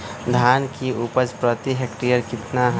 धान की उपज प्रति हेक्टेयर कितना है?